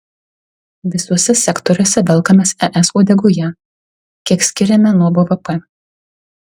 visuose sektoriuose velkamės es uodegoje kiek skiriame nuo bvp